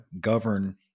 govern